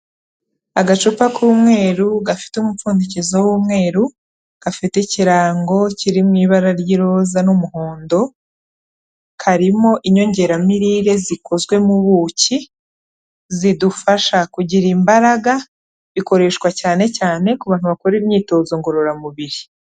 Agacupa k'umweru gafite umupfundikizo w'umweru, gafite ikirango kiri mu ibara ry'iroza n'umuhondo, karimo inyongeramirire zikozwe mu buki, zidufasha kugira imbaraga, zikoreshwa cyane cyane ku bantu bakora imyitozo ngororamubiri.